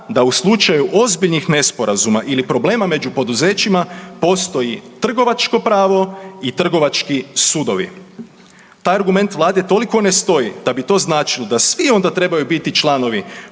da u slučaju ozbiljnih nesporazuma ili problema među poduzećima postoji trgovačko pravo i trgovački sudovi. Taj argument Vlade toliko ne stoji da bi to značilo da svi onda trebaju biti članovi